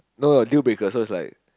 no dealbreaker so is like